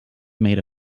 made